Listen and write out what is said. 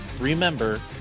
remember